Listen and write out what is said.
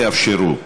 תאפשרו.